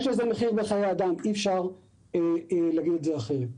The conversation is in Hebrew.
יש לזה מחיר בחיי אדם, אי אפשר להגיד אחרת.